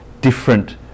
different